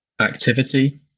activity